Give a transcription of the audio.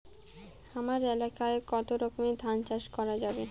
হামার এলাকায় কতো রকমের ধান চাষ করা যাবে?